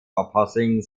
opposing